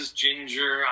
ginger